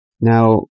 Now